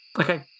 Okay